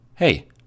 Hey